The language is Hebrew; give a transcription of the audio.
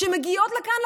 שמגיעות לכאן,